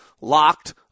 Locked